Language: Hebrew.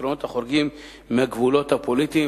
פתרונות החורגים מהגבולות הפוליטיים.